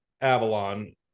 Avalon